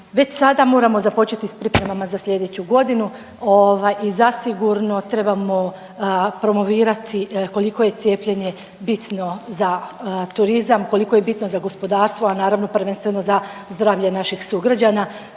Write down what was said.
Već sada moramo započeti sa pripremama za sljedeću godinu i zasigurno trebamo promovirati koliko je cijepljenje bitno za turizam, koliko je bitno za gospodarstva, a naravno prvenstveno za zdravlje naših sugrađana.